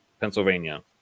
Pennsylvania